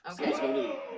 Okay